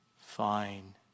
Fine